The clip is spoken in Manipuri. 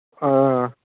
ꯑꯥ